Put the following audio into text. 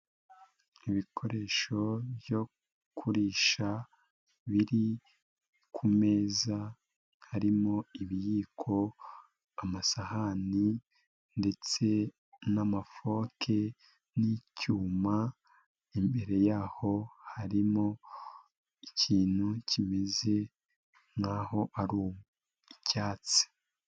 Ibikoresho byo kurisha biri kumeza harimo ibiyiko, amasahani ndetse n'amafoke n'icyuma, imbere yaho harimo ikintu kimeze nkaho ari icyatsi.